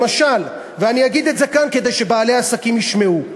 למשל, ואני אגיד את זה כאן כדי שבעלי עסקים ישמעו,